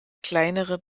kleinere